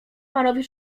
panowie